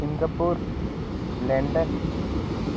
Singapore London